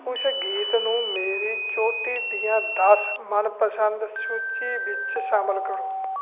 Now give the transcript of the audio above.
ਉਸ ਗੀਤ ਨੂੰ ਮੇਰੀ ਚੋਟੀ ਦੀਆਂ ਦਸ ਮਨਪਸੰਦ ਸੂਚੀ ਵਿੱਚ ਸ਼ਾਮਲ ਕਰੋ